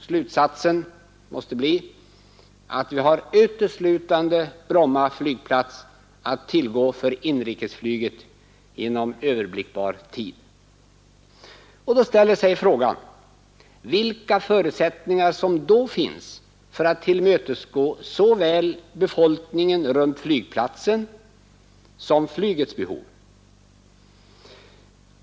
Slutsatsen måste bli att vi har uteslutande Bromma flygplats att tillgå för inrikesflyget inom överblickbar tid. Då inställer sig frågan vilka förutsättningar som finns för att tillmötesgå såväl befolkningen runt flygplatsen som flygets behov.